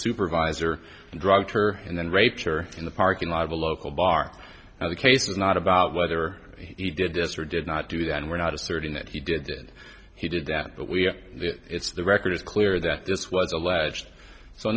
supervisor drugged her and then raped her in the parking lot of a local bar and the case is not about whether he did this or did not do then we're not asserting that he did did he did that but we have it's the record is clear that this was alleged so